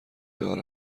دار